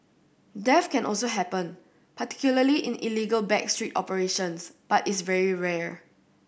death can also happen particularly in illegal back street operations but is very rare